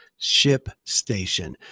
ShipStation